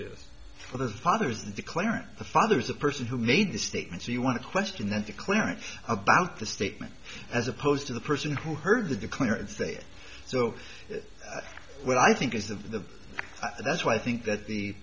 this for the father's declarant the father's a person who made this statement so you want to question that the clerics about the statement as opposed to the person who heard the declare and say so what i think is of the that's why i think that the